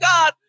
God